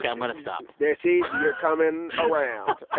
i'm gonna stop there, see? you're coming around.